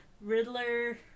Riddler